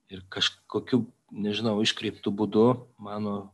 ir kažkokiu nežinau iškreiptu būdu mano